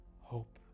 hope